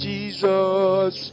Jesus